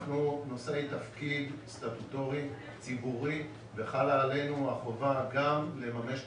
אנחנו נושאי תפקיד סטטוטורי ציבורי וחלה עלינו החובה גם לממש את